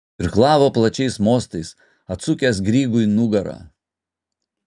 irklavo plačiais mostais atsukęs grygui nugarą